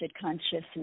consciousness